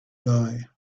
die